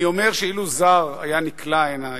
אני אומר שאילו זר היה נקלע הנה היום,